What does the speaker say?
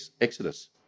Exodus